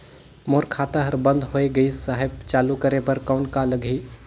मोर खाता हर बंद होय गिस साहेब चालू करे बार कौन का लगही?